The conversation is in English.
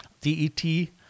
d-e-t